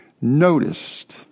noticed